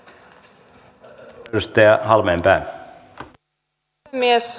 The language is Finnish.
arvoisa puhemies